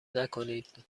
نکنید